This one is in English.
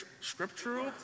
scriptural